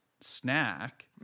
snack